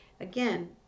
Again